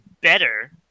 better